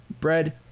bread